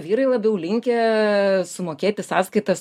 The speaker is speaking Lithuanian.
vyrai labiau linkę sumokėti sąskaitas